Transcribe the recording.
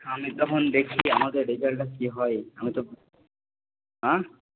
আমি তো এখন দেখি আমাদের রেজাল্টটা কি হয় আমি তো হ্যাঁ